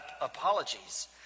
apologies